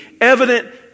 evident